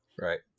Right